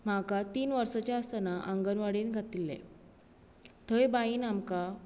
म्हाका तीन वर्सांचें आसतना आंगणवाडींत घातिल्लें थंय बाईन आमकां